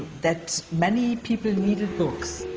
that many people needed books.